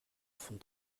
enfant